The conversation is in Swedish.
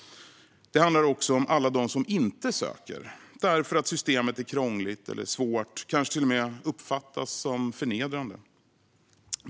Det handlar också om alla dem som inte söker därför att systemet är krångligt eller svårt eller kanske till och med uppfattas som förnedrande.